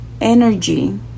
energy